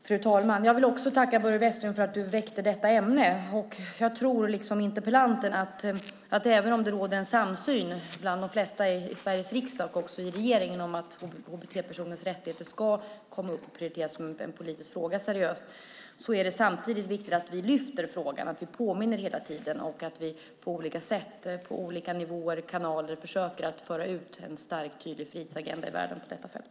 Fru talman! Jag vill tacka Börje Vestlund för att han interpellerade i detta ämne. Jag tror liksom interpellanten att även om det råder samsyn bland de flesta i Sveriges riksdag och i regeringen om att hbt-personers rättigheter ska prioriteras och tas upp seriöst som en politisk fråga är det samtidigt viktigt att lyfta fram den och påminna om den. Vi måste hela tiden på olika sätt, på olika nivåer och via olika kanaler försöka föra ut en stark och tydlig frihetsagenda i världen på detta fält.